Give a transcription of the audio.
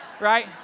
right